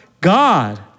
God